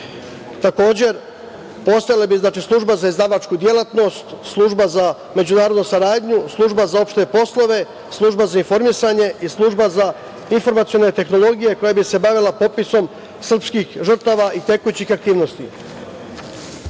Takođe, postojala bi služba za izdavačku delatnost, služba za međunarodnu saradnju, služba za opšte poslove, služba za informisanje i služba za informacione tehnologije koja bi se bavila popisom srpskih žrtava i tekućih aktivnosti. Predlažem